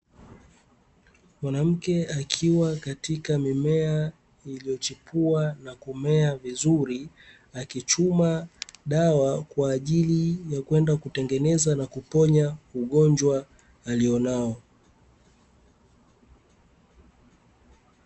Mwanamke akiwa katika mimea iliyochipua na kumea vizuri, akichuma dawa kwa ajili ya kwenda kutengeneza na kuponya ugonjwa alionao.